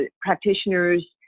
practitioners